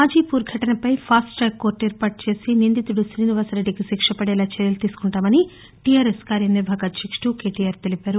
హాజీపూర్ ఘటనపై fast track కోర్లు ఏర్పాటు చేసి నిందితుడు శ్రీనివాస్రెడ్డికి శిక్ష పడేలా చర్యలు తీసుకుంటామని టీఆర్ఎస్ కార్యనిర్వాహక అధ్యక్షుడు కేటీఆర్ తెలిపారు